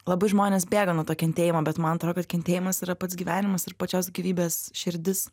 labai žmonės bėga nuo to kentėjimo bet man atrodo kad kentėjimas yra pats gyvenimas ir pačios gyvybės širdis